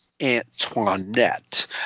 antoinette